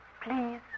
Please